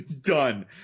Done